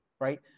right